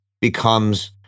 becomes